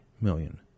million